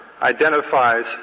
identifies